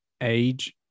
age